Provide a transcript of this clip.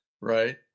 right